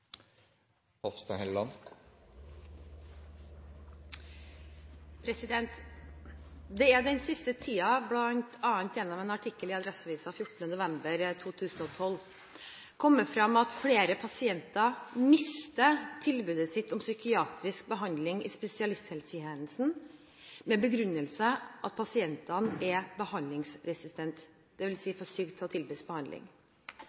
den siste tiden, bl.a. gjennom artikkel i Adresseavisen 14. november 2012, kommet frem at flere pasienter mister tilbud om psykiatrisk behandling i spesialisthelsetjenesten med den begrunnelse at pasientene er